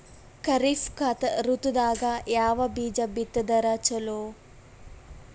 ಖರೀಫ್ ಋತದಾಗ ಯಾವ ಬೀಜ ಬಿತ್ತದರ ಚಲೋ?